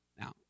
Now